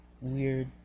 weird